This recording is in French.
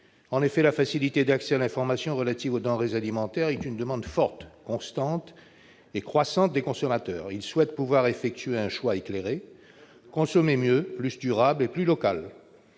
En effet, la facilité d'accès à l'information relative aux denrées alimentaires est une demande forte, constante et croissante des consommateurs, qui souhaitent pouvoir effectuer un choix éclairé et consommer mieux, plus durable et plus local.